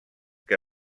que